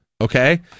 okay